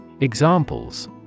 Examples